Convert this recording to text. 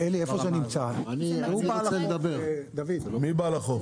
מי בעל החוף?